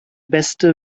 beste